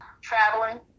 traveling